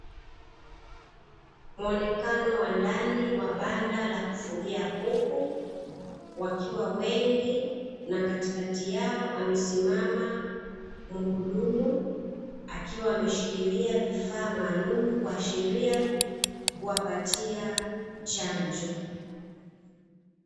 Muonekano wa ndani wa banda la kufugia kuku, wakiwa wengi, na katikati yao amesimama mhudumu, akiwa ameshikilia vifaa maalumu, kuashiria kuwapatia chanjo.